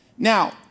Now